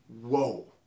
Whoa